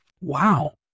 Wow